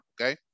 okay